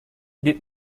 did